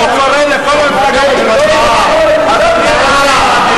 אם הוא קורא לכל המפלגה "מושחתים" אז אני רוצה להגיב.